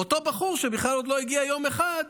ואותו בחור שבכלל עוד לא הגיע יום אחד,